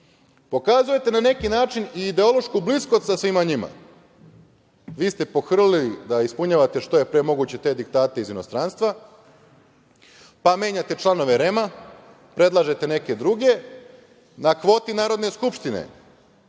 način. Pokazujete na neki način i ideološku bliskost sa svima njima. Vi ste pohrlili da ispunjavate što je pre moguće te diktate iz inostranstva, pa menjate članove REM-a, predlažete neke druge na kvoti Narodne skupštine.